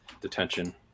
detention